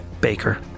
baker